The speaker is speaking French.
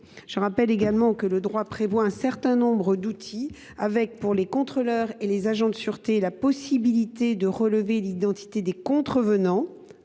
Je rappelle également que le droit prévoit un certain nombre d’outils, comme, pour les contrôleurs et les agents de sûreté, la possibilité de relever l’identité des contrevenants